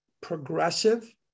progressive